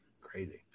crazy